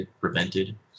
prevented